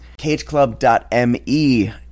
cageclub.me